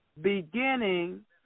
Beginning